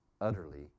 utterly